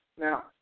Now